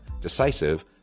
decisive